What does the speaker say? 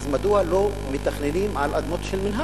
אז מדוע לא מתכננים על אדמות של המינהל?